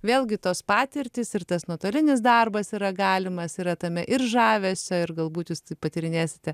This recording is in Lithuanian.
vėlgi tos patirtys ir tas nuotolinis darbas yra galimas yra tame ir žavesio ir galbūt jūs tai patyrinėsite